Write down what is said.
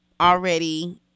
already